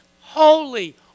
holy